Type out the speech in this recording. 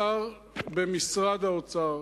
השר במשרד האוצר,